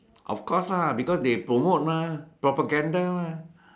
of course lah because they promote mah propaganda mah